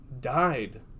died